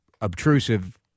obtrusive